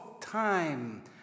time